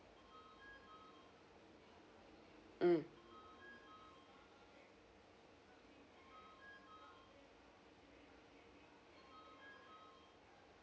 mm